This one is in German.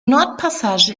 nordpassage